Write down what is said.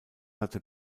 hatte